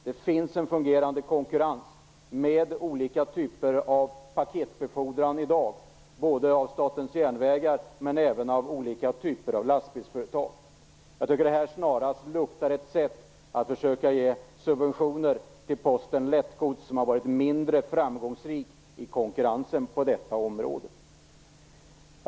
Det finns en fungerande konkurrens med olika typer av paketbefordran i dag, både genom Statens järnvägar och genom olika lastbilsföretag. Detta luktar snarast som ett sätt att försöka ge subventioner till Posten Lättgods, som har varit mindre framgångsrikt i konkurrensen på detta område.